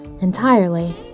entirely